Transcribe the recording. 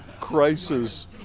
crisis